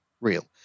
real